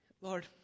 Lord